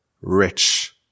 rich